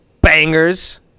bangers